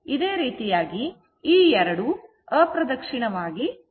ಇದೇ ರೀತಿಯಾಗಿ ಈ ಎರಡೂ ಅಪ್ರದಕ್ಷಿಣವಾಗಿ ತಿರುಗುತ್ತಿವೆ